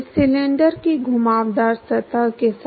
इस सिलेंडर की घुमावदार सतह के साथ